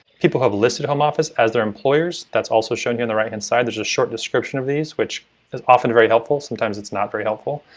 people who have listed home office as their employers, that's also shown here on the right hand side, this is a short description of these which is often very helpful, sometimes it's not very helpful,